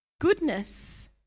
Goodness